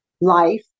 life